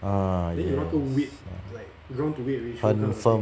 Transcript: ah yes 很 firm